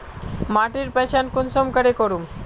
माटिर पहचान कुंसम करे करूम?